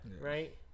right